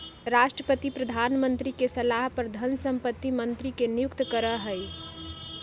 राष्ट्रपति प्रधानमंत्री के सलाह पर धन संपत्ति मंत्री के नियुक्त करा हई